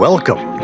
Welcome